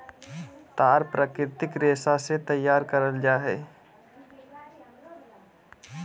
तार प्राकृतिक रेशा से तैयार करल जा हइ